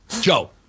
Joe